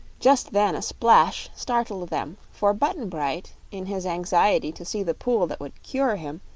just then a splash startled them, for button-bright, in his anxiety to see the pool that would cure him,